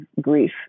grief